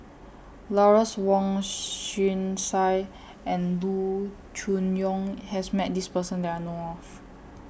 Lawrence Wong Shyun Tsai and Loo Choon Yong has Met This Person that I know of